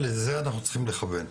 ולזה אנחנו צריכים לכוון.